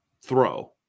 throw